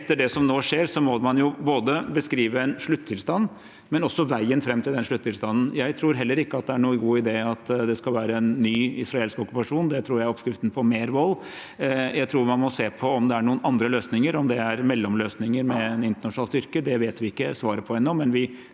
Etter det som nå skjer, må man beskrive både en sluttilstand og veien fram til den sluttilstanden. Jeg tror heller ikke det er noen god idé at det skal være en ny israelsk okkupasjon, det tror jeg er oppskriften på mer vold. Jeg tror man må se på om det er noen andre løsninger. Om det er mellomløsninger med en internasjonal styrke, vet vi ikke svaret på ennå,